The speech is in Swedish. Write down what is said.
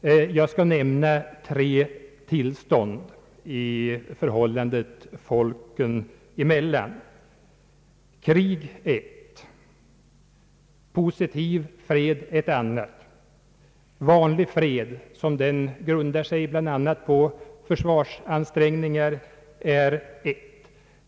Jag kan nämna tre tillstånd i förhållandet folken emellan: krig är ett, positiv fred är ett annat, vanlig fred — grundad bl.a. på försvarsansträngningar — är ett tredje.